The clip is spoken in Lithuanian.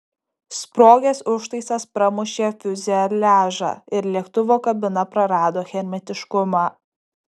sprogęs užtaisas pramušė fiuzeliažą ir lėktuvo kabina prarado hermetiškumą